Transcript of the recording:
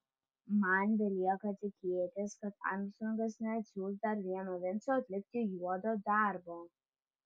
man belieka tikėtis kad armstrongas neatsiųs dar vieno vinco atlikti juodo darbo